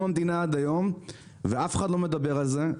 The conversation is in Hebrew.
המדינה עד היום ואף אחד לא מדבר על זה.